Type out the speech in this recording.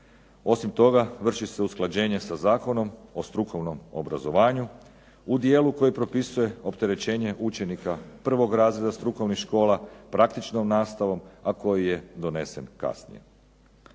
Osim toga, vrši se usklađenje sa Zakonom o strukovnom obrazovanju u dijelu koji propisuje opterećenje učenika prvog razreda strukovnih škola praktičnom nastavom, a koji je donesen kasnije.